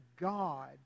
God